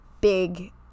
big